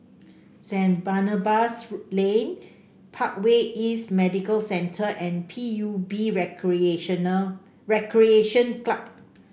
Saint Barnabas Lane Parkway East Medical Centre and P U B Recreational Recreation Club